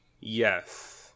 Yes